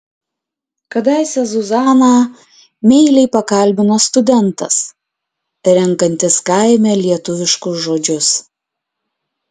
kadaise zuzaną meiliai pakalbino studentas renkantis kaime lietuviškus žodžius